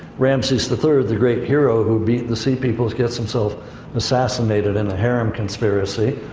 ramses the third the great hero who beat the sea peoples, gets himself assassinated in a harem conspiracy.